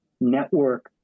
network